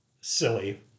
silly